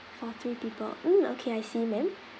for three people mm okay I see ma'am